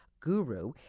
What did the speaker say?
Guru